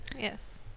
Yes